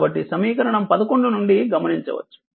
కాబట్టి సమీకరణం 11 నుండి గమనించవచ్చు